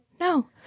no